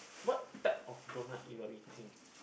what type of donut are you eating